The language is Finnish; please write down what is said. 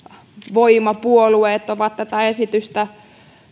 voimapuolueet ovat tätä